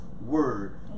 word